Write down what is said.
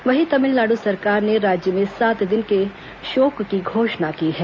वहीं तमिलनाडु सरकार ने राज्य में सात दिन के शोक की घोषणा की है